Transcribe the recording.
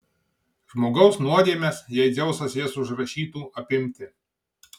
žmogaus nuodėmes jei dzeusas jas užrašytų apimti